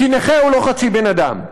כי נכה הוא לא חצי בן-אדם.